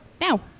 now